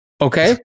okay